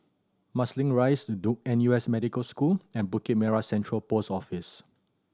Marsiling Rise Duke N U S Medical School and Bukit Merah Central Post Office